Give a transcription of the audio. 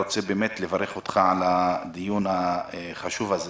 אני באמת רוצה לברך אותך על הדיון החשוב הזה